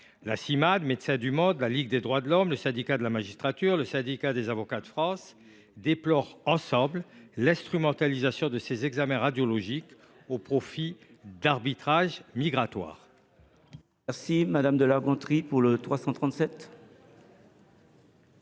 La Cimade, Médecins du monde, la Ligue des droits de l’homme, le Syndicat de la magistrature et le Syndicat des avocats de France déplorent ensemble l’instrumentalisation de ces examens radiologiques au profit d’arbitrages migratoires.